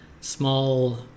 small